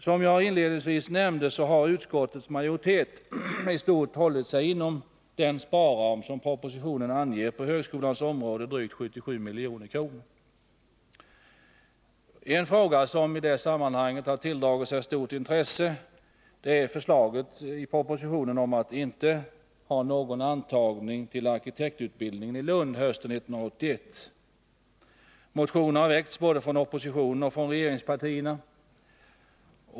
Som jag inledningsvis nämnde har utskottets majoritet i stort hållit sig inom den sparram som propositionen anger på högskolans område, drygt 77 milj.kr. En fråga som i det sammanhanget har tilldragit sig stort intresse är förslaget i propositionen om att inte ha någon intagning till arkitektutbildningen i Lund hösten 1981. Motioner har väckts både från oppositionen och från regeringspartierna.